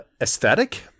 aesthetic